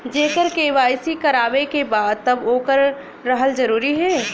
जेकर के.वाइ.सी करवाएं के बा तब ओकर रहल जरूरी हे?